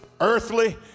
earthly